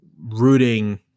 rooting